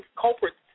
culprits